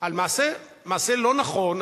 על מעשה לא נכון,